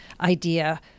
idea